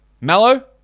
Mallow